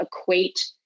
equate